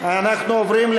איל בן ראובן,